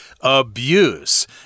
abuse